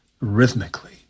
rhythmically